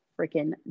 freaking